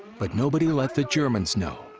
but nobody let the germans know.